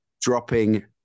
Dropping